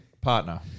partner